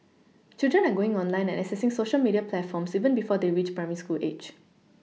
children are going online and accessing Social media platforms even before they reach primary school age